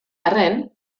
arren